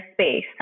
space